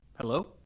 Hello